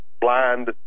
blind